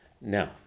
Now